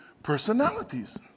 personalities